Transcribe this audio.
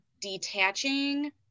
detaching